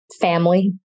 family